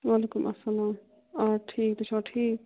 وعلیکُم اسلام آ ٹھیٖک تُہۍ چھِوا ٹھیٖک